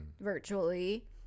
virtually